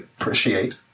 appreciate